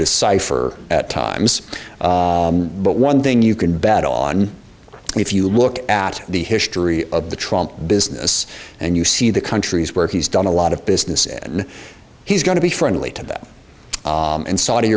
decipher at times but one thing you can bet on if you look at the history of the trial business and you see the countries where he's done a lot of business and he's going to be friendly to them and saudi